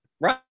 Right